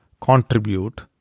contribute